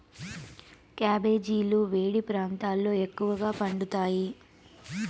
క్యాబెజీలు వేడి ప్రాంతాలలో ఎక్కువగా పండుతాయి